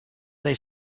they